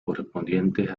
correspondientes